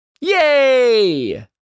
Yay